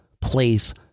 place